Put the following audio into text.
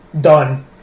done